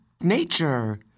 nature